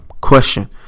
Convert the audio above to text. Question